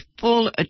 full